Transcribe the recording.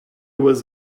was